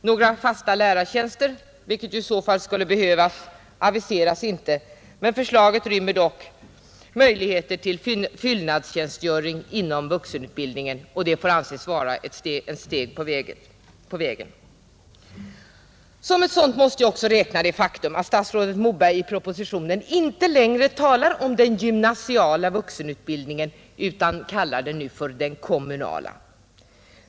Några fasta lärartjänster, vilket i så fall skulle behövas, aviseras inte, men förslaget rymmer dock möjligheter till fyllnadstjänstgöring inom vuxenutbildningen, och det får anses vara ett steg på vägen. Som ett sådant måste vi också räkna det faktum att statsrådet Moberg i propositionen inte längre talar om den gymnasiala vuxenutbildningen utan om den kommunala.